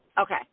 Okay